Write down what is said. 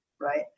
right